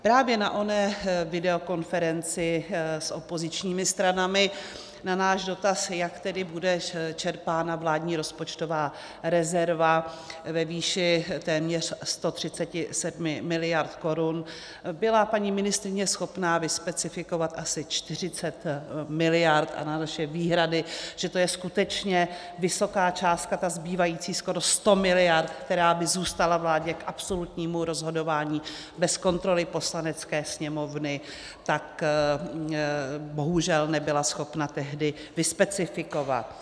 Právě na oné videokonferenci s opozičními stranami na náš dotaz, jak tedy bude čerpána vládní rozpočtová rezerva ve výši téměř 137 mld. korun, byla paní ministryně schopná vyspecifikovat asi 40 mld. a na naše výhrady, že to je skutečně vysoká částka, ta zbývající, skoro 100 mld., která by zůstala vládě k absolutnímu rozhodování bez kontroly Poslanecké sněmovny, tak bohužel nebyla schopna tehdy vyspecifikovat.